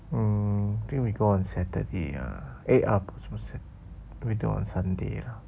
mm think we go on saturday ah eh ah 什么 saturday wait till on sunday ah